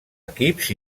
equips